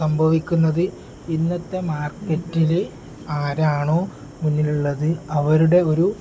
സംഭവിക്കുന്നത് ഇന്നത്തെ മാർക്കറ്റിൽ ആരാണോ മുന്നിലുള്ളത് അവരുടെ ഒരു